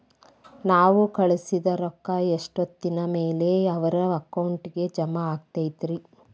ನಾವು ಕಳಿಸಿದ್ ರೊಕ್ಕ ಎಷ್ಟೋತ್ತಿನ ಮ್ಯಾಲೆ ಅವರ ಅಕೌಂಟಗ್ ಜಮಾ ಆಕ್ಕೈತ್ರಿ?